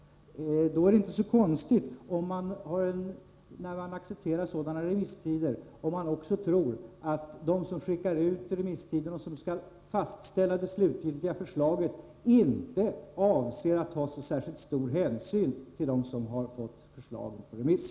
Med en sådan remisstid är det inte så konstigt om man tror att de som skickar ut remissmaterialet och som skall fastställa det slutgiltiga förslaget inte avser att ta särskilt stor hänsyn till dem som fått förslaget på remiss.